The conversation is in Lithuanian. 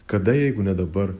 kada jeigu ne dabar